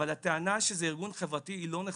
אבל הטענה שזה ארגון חברתי היא לא נכונה.